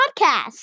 podcast